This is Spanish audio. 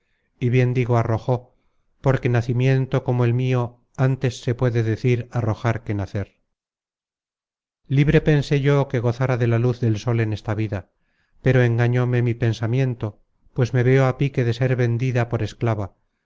y bien digo arrojó porque nacimiento como el mio antes se puede decir arrojar que nacer libre pensé yo que gozara de la luz del sol en esta vida pero engañóme mi pensamiento pues me veo á pique de ser vendida por esclava